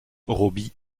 robbie